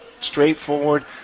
straightforward